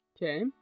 Okay